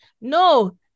No